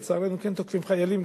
לצערנו כן תוקפים חיילים,